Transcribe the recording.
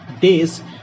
days